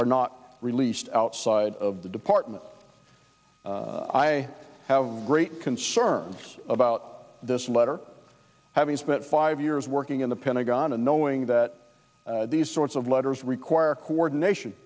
are not released outside of the department i have great concerns about this letter having spent five years working in the pentagon and knowing that these sorts of letters require coordination